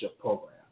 program